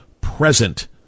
present